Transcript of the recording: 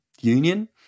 union